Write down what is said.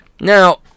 Now